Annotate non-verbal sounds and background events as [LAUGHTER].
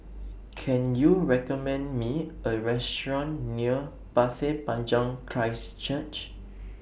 [NOISE] Can YOU recommend Me A Restaurant near Pasir Panjang Christ Church